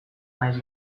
nahiz